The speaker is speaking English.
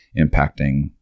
impacting